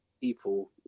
people